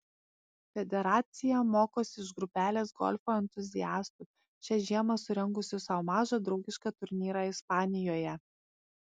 federacija mokosi iš grupelės golfo entuziastų šią žiemą surengusių sau mažą draugišką turnyrą ispanijoje